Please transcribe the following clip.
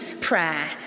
prayer